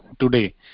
today